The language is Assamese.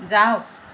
যাওক